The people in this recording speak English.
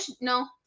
no